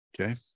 okay